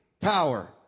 power